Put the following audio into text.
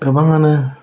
गोबाङानो